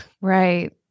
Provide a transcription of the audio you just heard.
right